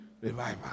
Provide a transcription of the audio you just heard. revival